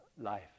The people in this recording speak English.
life